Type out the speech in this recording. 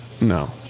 No